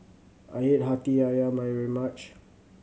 I hate Hati Ayam very much